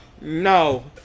no